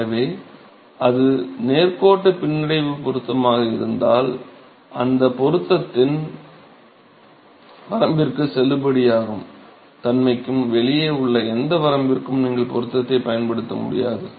எனவே அது ஒரு நேர்கோட்டு பின்னடைவு பொருத்தமாக இருந்தால் அந்த பொருத்தத்தின் செல்லுபடியாகும் தன்மைக்கு வெளியே உள்ள எந்த வரம்பிற்கும் நீங்கள் பொருத்தத்தைப் பயன்படுத்த முடியாது